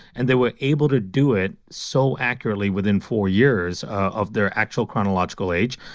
and they were able to do it so accurately within four years of their actual chronological age.